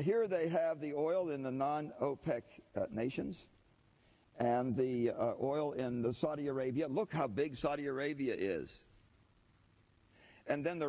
here they have the oil in the non opec nations and the oil in the saudi arabia look of big saudi arabia is and then the